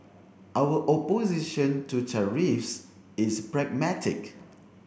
our opposition to tariffs is pragmatic